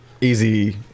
Easy